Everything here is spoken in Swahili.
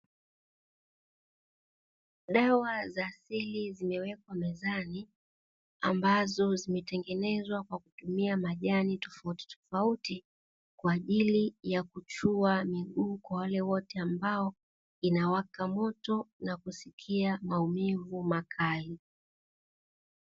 Dawa za asili zimewekwa mezani ambazo zimetengenezwa kwa kutumia majani tofautitofauti kwa ajili ya kuchuwa miguu, kwa wale wote ambao inawaka moto na kusikia maumivu makali.